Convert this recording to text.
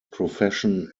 profession